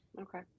Okay